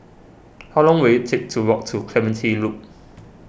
how long will it take to walk to Clementi Loop